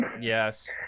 Yes